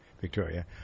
Victoria